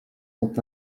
sont